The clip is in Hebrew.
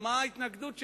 את ההתנגדות שלהם,